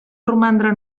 romandre